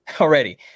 already